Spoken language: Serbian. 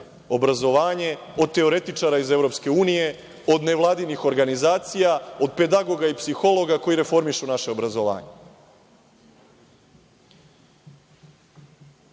obrazovanje od teoretičara iz EU, od nevladinih organizacija, od pedagoga i psihologa koji reformišu naše obrazovanje.U